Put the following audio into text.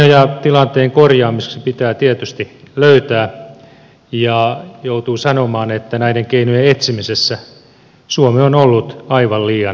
keinoja tilanteen korjaamiseksi pitää tietysti löytää ja joutuu sanomaan että näiden keinojen etsimisessä suomi on ollut aivan liian ponneton